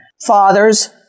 fathers